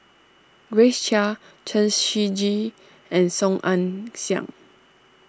Grace Chia Chen Shiji and Song Ong Siang